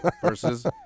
versus